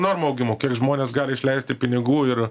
normų augimo kiek žmonės gali išleisti pinigų ir